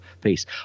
peace